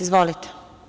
Izvolite.